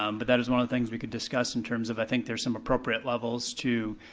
um but that's one of the things we could discuss in terms of i think there's some appropriate levels to,